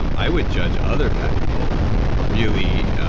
um i would judge other fat people really,